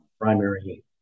primary